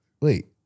wait